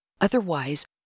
Otherwise